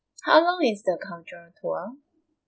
how long is the cultural tour